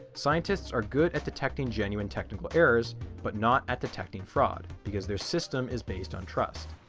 scientists are good at detecting genuine technical errors but not at detecting fraud because their system is based on trust.